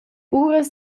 uras